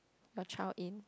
your child in